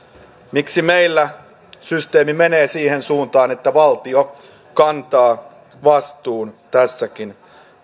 miksi meillä systeemi menee siihen suuntaan että valtio kantaa vastuun tässäkin